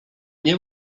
nie